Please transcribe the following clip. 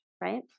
right